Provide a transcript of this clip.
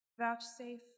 vouchsafe